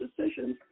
decisions